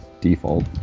default